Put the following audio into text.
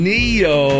Neo